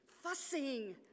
fussing